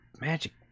Magic